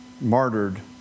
martyred